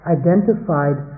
identified